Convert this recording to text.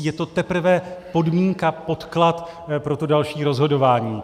Je to teprve podmínka, podklad pro to další rozhodování.